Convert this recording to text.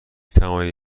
توانید